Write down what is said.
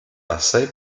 assai